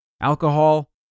alcohol